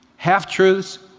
half-truths,